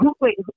Wait